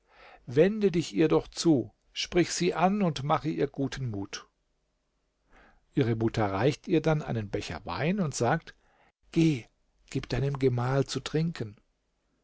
wende dich ihr doch zu sprich sie an und mache ihr guten mut ihre mutter reicht ihr dann einen becher wein und sagt geh gib deinem gemahl zu trinken